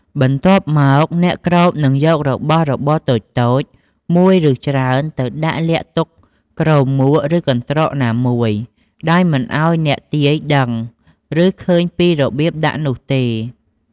បន្ទាប់មក អ្នកគ្របនឹងយករបស់របរតូចៗ មួយ ឬច្រើន ទៅដាក់លាក់ទុកក្រោមមួកឬកន្ត្រកណាមួយ ដោយមិនឱ្យអ្នកទាយដឹង ឬឃើញពីរបៀបដាក់នោះទេ។